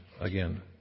again